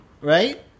Right